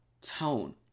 tone